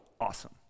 awesome